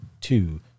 two